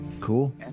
Cool